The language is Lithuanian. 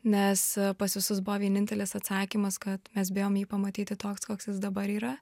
nes pas visus buvo vienintelis atsakymas kad mes bijom jį pamatyti toks koks jis dabar yra